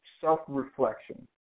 self-reflection